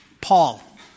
Paul